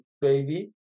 baby